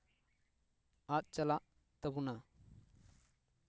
ᱟᱫ ᱪᱟᱞᱟᱜ ᱛᱟᱵᱚᱱᱟ